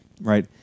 right